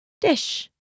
dish